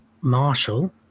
Marshall